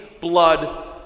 blood